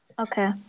Okay